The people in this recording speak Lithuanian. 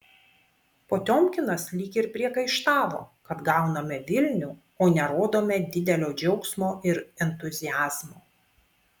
potiomkinas lyg ir priekaištavo kad gauname vilnių o nerodome didelio džiaugsmo ir entuziazmo